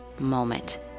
moment